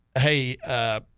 hey